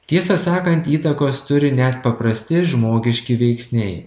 tiesą sakant įtakos turi net paprasti žmogiški veiksniai